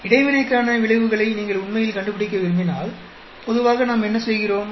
இடைவினைக்கான விளைவுகளை நீங்கள் உண்மையில் கண்டுபிடிக்க விரும்பினால் பொதுவாக நாம் என்ன செய்கிறோம்